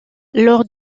lors